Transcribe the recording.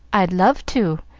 i'd love to,